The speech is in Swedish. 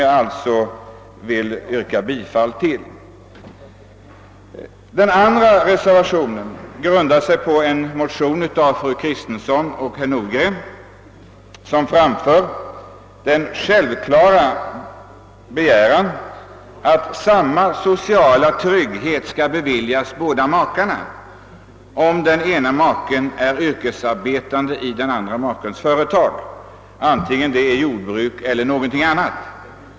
Jag ber att få yrka bifall till reservationen nr 1. I reservationen 2, som grundar sig på en motion av fru Kristensson och herr Nordgren, har det självklara kravet rests att samma sociala trygghet skall tillkomma båda makarna, om den ena maken är yrkesarbetande i den andra makens företag, det må vara jordbruk eller annan rörelse.